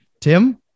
Tim